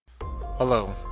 Hello